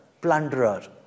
plunderer